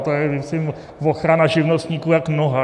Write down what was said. To je myslím ochrana živnostníků jak noha.